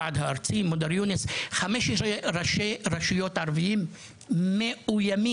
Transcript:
הארצי, מודר יונס, 15 ראשי רשויות ערביים מאוימים.